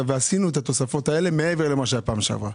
ועשינו את התוספות האלה מעבר למה שהיה בפעם שעברה.